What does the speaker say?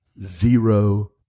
zero